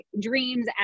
dreams